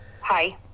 Hi